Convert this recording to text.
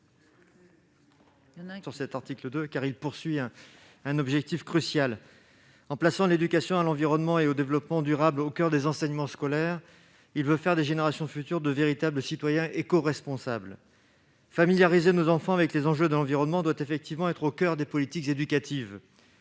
sur cet article, car il vise un objectif crucial. En plaçant, au travers de cet article, l'éducation à l'environnement et au développement durable au coeur des enseignements scolaires, on veut faire des citoyens des générations futures de véritables citoyens écoresponsables. Familiariser nos enfants avec les enjeux de l'environnement doit effectivement être au coeur des politiques éducatives.